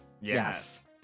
Yes